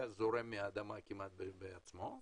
גז זורם מהאדמה כמעט בעצמו,